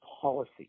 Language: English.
policy